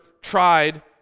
tried